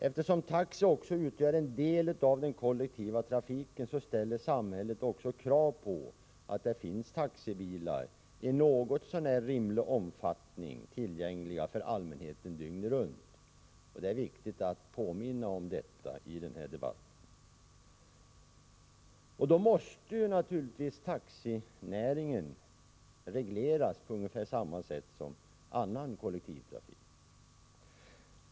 Eftersom taxi utgör en del av den kollektiva trafiken ställer samhället också krav på att det finns taxibilar i något så när rimlig omfattning tillgängliga för allmänheten dygnet runt. Det är viktigt att påminna om detta i den här debatten. Då måste naturligtvis taxinäringen regleras på ungefär samma sätt som annan kollektivtrafik.